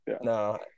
No